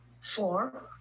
Four